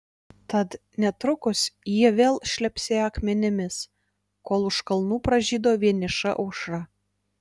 tad netrukus jie vėl šlepsėjo akmenimis kol už kalnų pražydo vieniša aušra